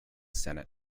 senate